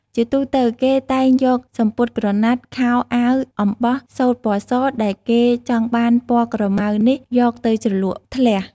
ជាទូទៅ គេតែងយកសំពត់ក្រណាត់ ខោ អាវ អំបោះ សូត្រពណ៌ស ដែលគេចង់បានពណ៌ក្រមៅនេះយកទៅជ្រលក់ធ្លះ។